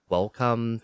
Welcome